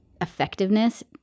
effectiveness